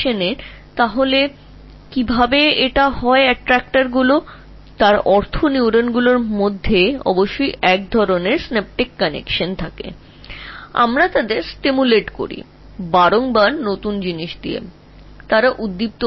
সুতরাং এটি কীভাবে করে যে আকর্ষণকারীরা মূলত বলে দেয় যে এই নিউরনের মধ্যে তাদের অবশ্যই সিনাপটিক সংযোগের একটি নির্দিষ্ট পর্যায়ে উপস্থিত থাকতে হবে আমরা তাদের বারবার তাজা জিনিস দিয়ে উদ্দীপিত করি